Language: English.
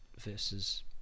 versus